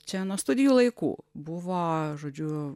čia nuo studijų laikų buvo žodžiu